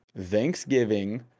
Thanksgiving